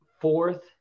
fourth